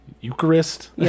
eucharist